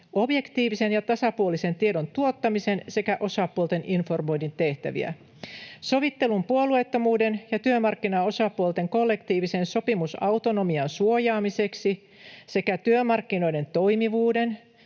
objektiivisen ja tasapuolisen tiedon tuottamisen sekä osapuolten informoinnin tehtäviä. Sovittelun puolueettomuuden ja työmarkkinaosapuolten kollektiivisen sopimusautonomian suojaamiseksi sekä työmarkkinoiden toimivuuden